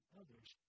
others